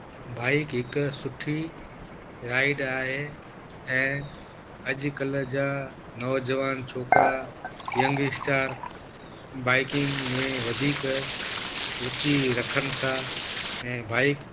bike हिकु सुठी ride आहे ऐं अॼुकल्ह जा नौजवान छोकिरा यंगस्टर बाइकिंग में वधीक रुचि रखनि था ऐं बाइक